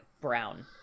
brown